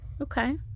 Okay